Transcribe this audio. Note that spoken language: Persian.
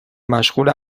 مشغول